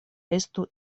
estu